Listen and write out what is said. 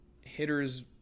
hitters